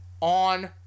on